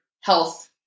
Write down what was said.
health